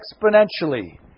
exponentially